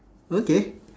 okay